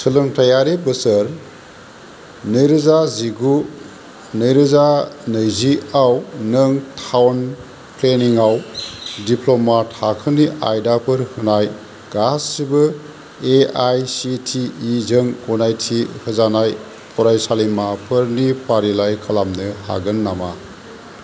सोलोंथायारि बोसोर नैरोजा जिगु नैरोजा नैजिआव नों टावन प्लेनिं आव दिप्लमा थाखोनि आयदाफोर होनाय गासिबो A I C T E जों गनायथि होजानाय फरायसालिमाफोरनि फारिलाइ खालामनो हागोन नामा